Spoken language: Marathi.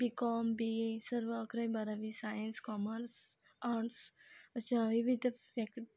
बी कॉम बी ए सर्व अकरावी बारावी सायन्स कॉमर्स आर्टस् अशा विविध फॅक